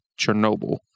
Chernobyl